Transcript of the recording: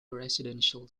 residential